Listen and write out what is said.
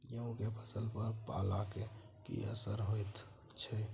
गेहूं के फसल पर पाला के की असर होयत छै?